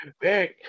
Back